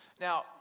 Now